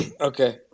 Okay